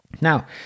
Now